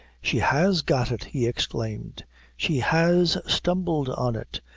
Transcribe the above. she has got it! he exclaimed she has stumbled on it,